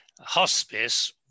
hospice